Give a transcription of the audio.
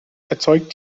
erzeugt